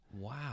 Wow